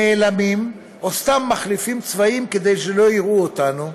נאלמים או סתם מחליפים צבעים כדי שלא יראו אותנו,